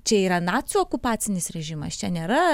čia yra nacių okupacinis režimas čia nėra